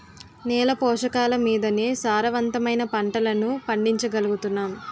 నేల పోషకాలమీదనే సారవంతమైన పంటలను పండించగలుగుతున్నాం